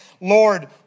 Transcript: Lord